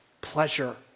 pleasure